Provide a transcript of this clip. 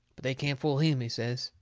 but they can't fool him, he says.